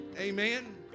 Amen